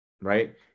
Right